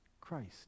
Christ